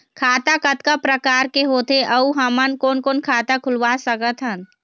खाता कतका प्रकार के होथे अऊ हमन कोन कोन खाता खुलवा सकत हन?